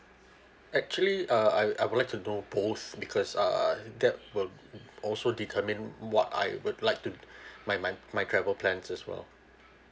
actually uh I I would like to know both because err that will also determine what I would like to my my my travel plans as well